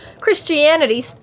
Christianity